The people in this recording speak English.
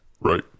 Right